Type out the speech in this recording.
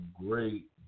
great